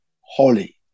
holy